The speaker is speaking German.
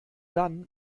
dann